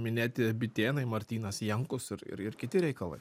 minėti bitėnai martynas jankus ir ir ir kiti reikalai